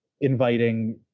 inviting